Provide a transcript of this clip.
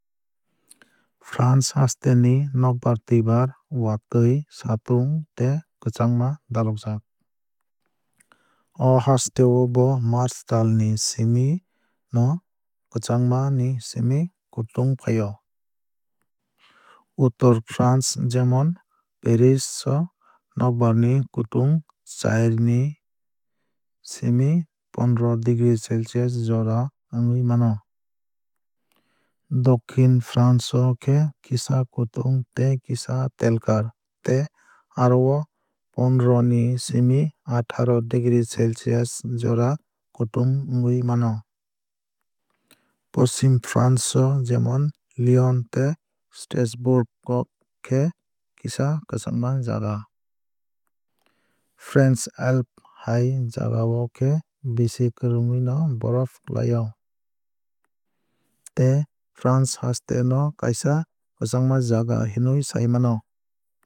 France haste ni nokbar twuibar watwui satung tei kwchangma dalojak. O haste o bo march tal ni simi no kwchangma ni simi kutung faio. Uttor france jemom paris o nokbar ni kutung chair ni simi pondoroh degree celcius jora wngui mano. Dokhin france o khe kisa kutung tei kisa telkar tei aro o pondoroh ni simi atharoh degree celcius jora kutung wngwui mano. Poschim france o jemon lyon tei strasbourg o khe kisa kwchangma jaga. French alp hai jaga o khe bisi kwrwngwui no borof klai o. Tei france haste no kaisa kwchangma jaga hinwui sai mano.